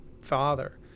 father